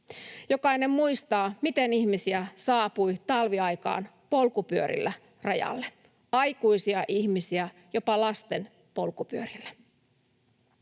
Jokainen muistaa, miten ihmisiä saapui talviaikaan polkupyörillä rajalle, aikuisia ihmisiä jopa lasten polkupyörillä.